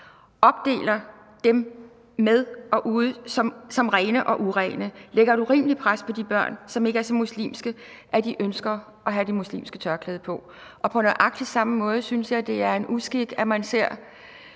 opdeler dem i rene eller urene. Det lægger et urimeligt pres på de børn, som ikke er så muslimske, at de ønsker at have det muslimske tørklæde på. På nøjagtig samme måde synes jeg, at det er en uskik, at man ser